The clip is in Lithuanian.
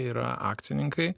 yra akcininkai